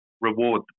reward